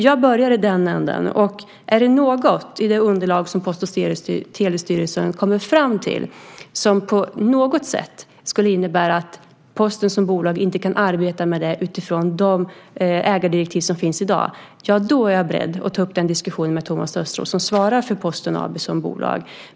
Jag börjar i den änden, och är det något i det underlag som Post och telestyrelsen kommer fram till som på något sätt skulle innebära att Posten som bolag inte kan arbeta med det utifrån de ägardirektiv som finns i dag, då är jag beredd att ta upp den diskussionen med Thomas Östros, som svarar för Posten AB som bolag.